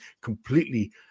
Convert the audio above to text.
completely